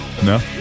No